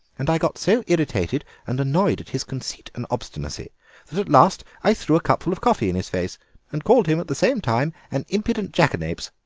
and i got so irritated and annoyed at his conceit and obstinacy that at last i threw a cupful of coffee in his face and called him at the same time an impudent jackanapes.